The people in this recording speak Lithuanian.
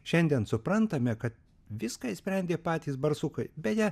šiandien suprantame kad viską išsprendė patys barsukai beje